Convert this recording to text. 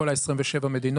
כל 27 המדינות.